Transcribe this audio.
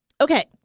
Okay